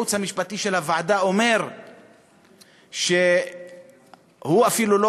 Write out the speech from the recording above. הייעוץ המשפטי של הוועדה אומר שהוא אפילו לא